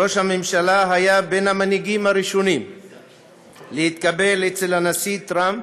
ראש הממשלה היה בין המנהיגים הראשונים להתקבל אצל הנשיא טראמפ,